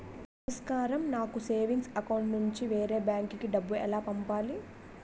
నమస్కారం నాకు savings account నుంచి వేరే బ్యాంక్ కి డబ్బు ఎలా పంపాలి?